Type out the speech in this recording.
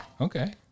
Okay